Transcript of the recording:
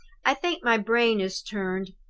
i think my brain is turned.